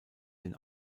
den